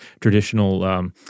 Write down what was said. traditional